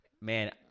Man